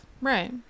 Right